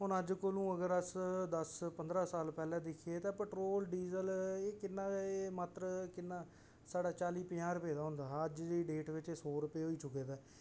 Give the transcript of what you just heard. हून अज्ज कोला अस दस पंदरा साल पैह्लें दिक्खिये ते पेट्रोल डीजल एह् किन्ना ऐ मात्र सारा चाली पंजाह् रुपये दा होंदा हा अज्ज दी डेट बिच्च ऐ सौ रुपये होई गेदा हा